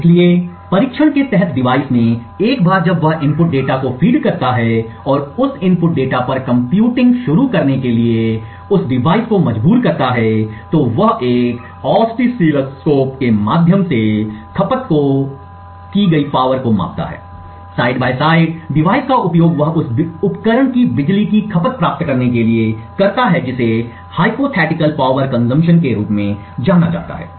इसलिए परीक्षण के तहत डिवाइस में एक बार जब वह इनपुट डेटा को फीड करता है और उस इनपुट डेटा पर कंप्यूटिंग शुरू करने के लिए उस डिवाइस को मजबूर करता है तो वह एक आस्टसीलस्कप के माध्यम से खपत की गई पावर को मापता है साइड बाय साइड डिवाइस का उपयोग वह उस उपकरण की बिजली की खपत प्राप्त करने के लिए करता है जिसे हाइपोथेटिकल पावर कंज्यूम के रूप में जाना जाता है